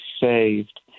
saved